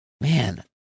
Man